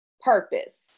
purpose